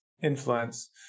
influence